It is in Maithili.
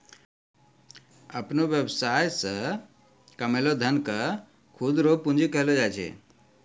अपनो वेवसाय से कमैलो धन के खुद रो पूंजी कहलो जाय छै